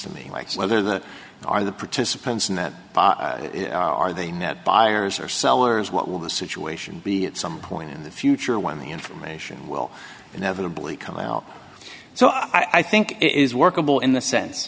me whether the are the participants in that are they net buyers or sellers what will the situation be at some point in the future when the information will inevitably come out so i think it is workable in the sense